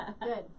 Good